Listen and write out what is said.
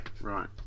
right